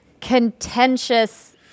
contentious